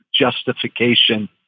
justification